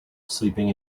sleeping